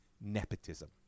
nepotism